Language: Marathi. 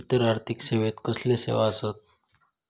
इतर आर्थिक सेवेत कसले सेवा आसत?